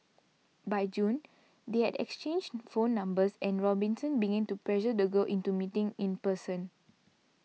by June they had exchanged phone numbers and Robinson began to pressure the girl into meeting in person